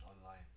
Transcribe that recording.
online